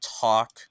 talk